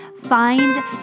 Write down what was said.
find